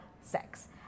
sex